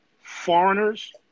foreigners